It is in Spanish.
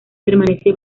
permanece